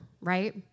right